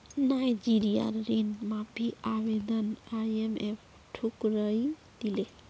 नाइजीरियार ऋण माफी आवेदन आईएमएफ ठुकरइ दिले